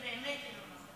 באמת אינו נוכח.